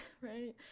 right